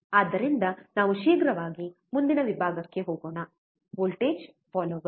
ಆದ್ದರಿಂದ ನಾವು ಶೀಘ್ರವಾಗಿ ಮುಂದಿನ ವಿಭಾಗಕ್ಕೆ ಹೋಗೋಣ ವೋಲ್ಟೇಜ್ ಫಾಲ್ಲೋರ್